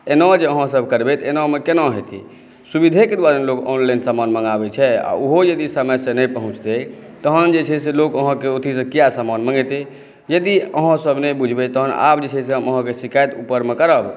एना जे अहाँसभ करबै तऽ एनामे केना हेतै सुविधेक दुआरे ने लोक ऑनलाइन समान मंगाबै छै आ ओहो समयसॅं नहि पहुँचतै तहन लोक अहाँके अथीसॅं किया समान मंगेतै यदि अहाँसभ नहि बुझबै तहन आब जे छै अहाँके शिकायत ऊपरमे करब